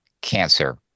cancer